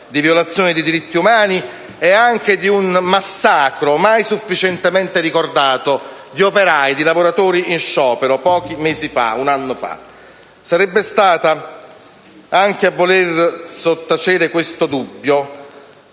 di violazione dei diritti umani ed anche del massacro, mai sufficientemente ricordato, di operai, di lavoratori in sciopero, pochi mesi fa, circa un anno fa. Anche a voler sottacere questo dubbio,